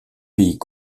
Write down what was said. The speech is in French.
pays